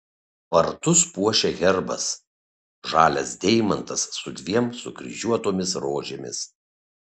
vartus puošia herbas žalias deimantas su dviem sukryžiuotomis rožėmis